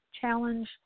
challenge